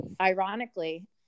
ironically